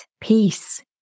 peace